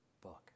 book